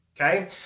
okay